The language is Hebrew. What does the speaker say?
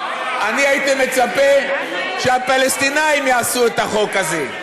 אני הייתי מצפה שהפלסטינים יעשו את החוק הזה.